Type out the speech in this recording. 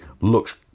looks